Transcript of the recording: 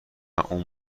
اون